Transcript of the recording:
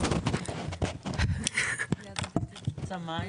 << יור >> פנינה תמנו (יו"ר הוועדה לקידום מעמד